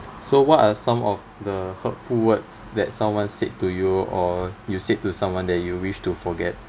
so what are some of the hurtful words that someone said to you or you said to someone that you wish to forget